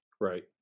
Right